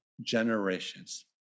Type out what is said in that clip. generations